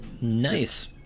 Nice